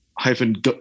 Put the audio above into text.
hyphen